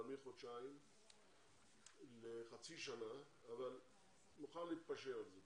מחודשיים לחצי שנה אבל נוכל להתפשר על זה.